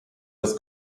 das